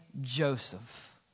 Joseph